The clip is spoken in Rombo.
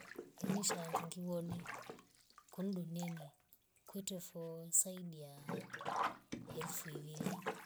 Ini shandu ngiwoni kunu duniani kwetre foo saidia ya elfu ivili